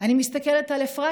אני מסתכלת על אפרת,